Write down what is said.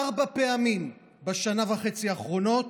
ארבע פעמים בשנה וחצי האחרונות